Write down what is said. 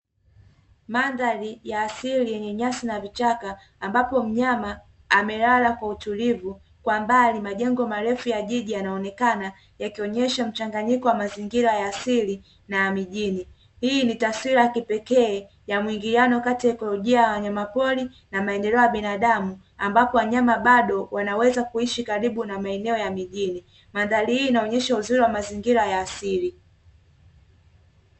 Mandhari ya asili yenye nyasi na vichaka ambapo mnyama amelala kwa utulivu. Kwa mbali majengo marefu ya jiji yanaonekana yakionesha mchanganyiko wa mazingira ya asili na ya mjini. Hii ni taswira ya kipekee ya muingiliano kati ya ikolojia ya wanyamapori na maendeleo ya binadamu ambapo wanyama bado wanaweza kuishi karibu na maeneo ya mijini. Mandhari hii inaonesha uzuri wa mazingira ya asili.